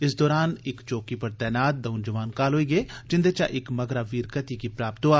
इस दौरान इक चौकी पर तैनात दंऊ जवान घायल होई गे जिन्दे चा इक मगरा वीरगति गी प्राप्त होआ